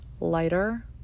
lighter